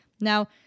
Now